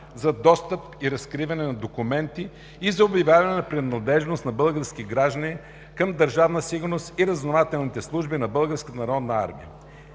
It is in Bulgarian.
за достъп и разкриване на документите и за обявяване на принадлежност на български граждани към Държавна сигурност и разузнавателните служби на Българската народна армия.